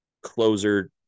closer